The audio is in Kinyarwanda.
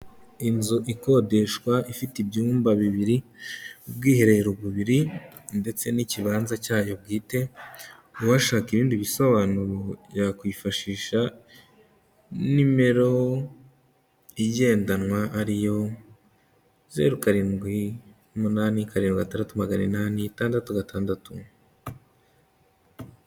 Inzu ikodeshwa ifite ibyumba bibiri, ubwiherero bubiri ndetse n'ikibanza cyayo bwite, uwashaka ibindi bisobanuro yakwifashisha nimero igendanwa ari yo zeru, karindwi, umunani, karindwi, gatandatu, magana inani, gatandatu, gatandatu.